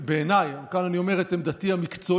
בעיניי, כאן אני אומר את עמדתי המקצועית,